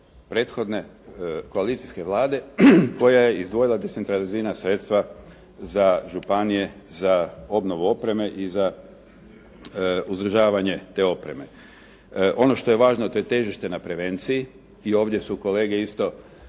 prethodne, koalicijske Vlade koja je izdvojila decentralizirana sredstva za županije, za obnovu opreme i za održavanje te opreme. Ono što je važno, to je težište na prevenciji i ovdje su kolege isto